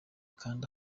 kanda